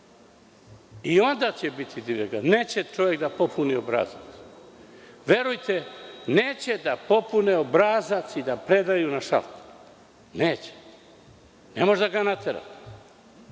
I onda će biti divlje gradnje. Neće čovek da popuni obrazac. Verujte, neće da popune obrazac i da predaju na šalter. Neće. Ne može da ga natera,